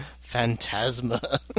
Phantasma